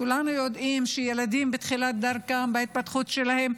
כולנו יודעים שילדים בתחילת דרכם בהתפתחות שלהם,